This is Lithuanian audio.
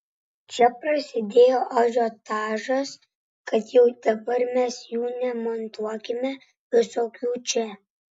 čia prasidėjo ažiotažas kad jau dabar gal mes jų nemontuokime visokių čia